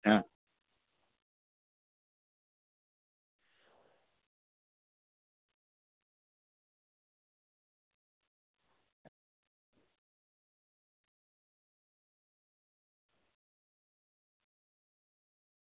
હ